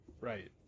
Right